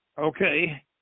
okay